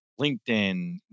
LinkedIn